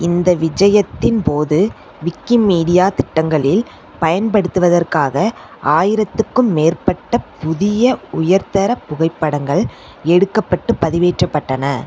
இந்த விஜயத்தின்போது விக்கிமீடியா திட்டங்களில் பயன்படுத்துவதற்காக ஆயிரத்துக்கும் மேற்பட்ட புதிய உயர்தர புகைப்படங்கள் எடுக்கப்பட்டு பதிவேற்றப்பட்டன